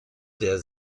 der